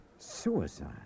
Suicide